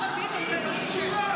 איזה שטויות.